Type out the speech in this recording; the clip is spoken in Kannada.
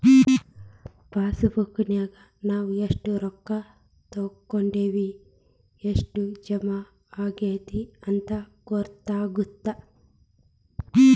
ಪಾಸಬುಕ್ನ್ಯಾಗ ನಾವ ಎಷ್ಟ ರೊಕ್ಕಾ ತೊಕ್ಕೊಂಡಿವಿ ಎಷ್ಟ್ ಜಮಾ ಆಗೈತಿ ಅಂತ ಗೊತ್ತಾಗತ್ತ